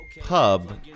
pub